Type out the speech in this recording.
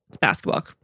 basketball